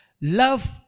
Love